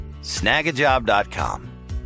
Snagajob.com